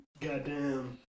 goddamn